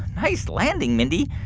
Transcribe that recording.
nice landing, mindy.